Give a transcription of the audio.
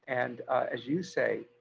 and as you say,